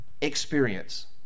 Experience